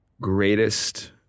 greatest